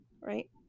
right